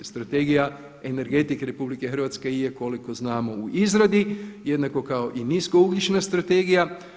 Strategija energetike RH je koliko znamo u izradi, jednako kao i niskougljična strategija.